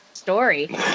story